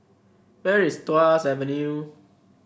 where is Tuas Avenue